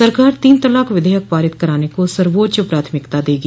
सरकार तीन तलाक विधेयक पारित कराने को सर्वोच्च प्राथमिकता देगी